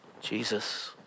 Jesus